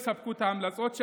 הם יספקו את המלצות,